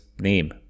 name